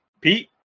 Pete